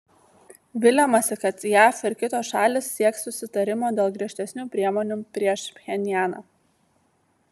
viliamasi kad jav ir kitos šalys sieks susitarimo dėl griežtesnių priemonių prieš pchenjaną